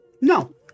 No